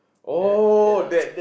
there ya